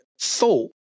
thought